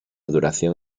duración